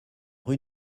rue